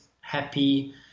happy